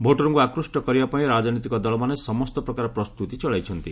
ଭୋଟରଙ୍କୁ ଆକୃଷ୍ଟ କରିବା ପାଇଁ ରାଜନୈତିକ ଦଳମାନେ ସମସ୍ତ ପ୍ରକାର ପ୍ରସ୍ତୁତି ଚଳାଇଛନ୍ତି